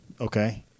Okay